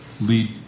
lead